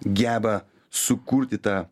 geba sukurti tą